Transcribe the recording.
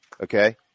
okay